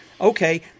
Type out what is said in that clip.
Okay